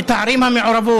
את הערים המעורבות,